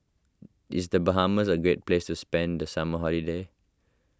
is the Bahamas a great place to spend the summer holiday